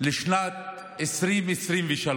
לשנת 2023,